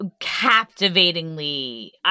captivatingly